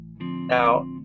Now